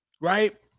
right